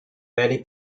many